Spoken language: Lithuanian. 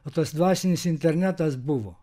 o tas dvasinis internetas buvo